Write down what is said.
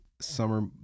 summer